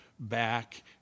back